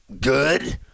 good